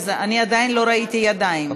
אני עדיין לא ראיתי ידיים.